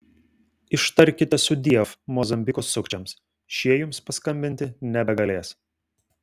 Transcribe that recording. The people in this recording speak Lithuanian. ištarkite sudiev mozambiko sukčiams šie jums paskambinti nebegalės